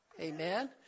Amen